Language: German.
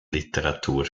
literatur